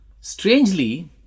strangely